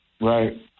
Right